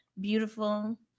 beautiful